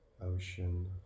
ocean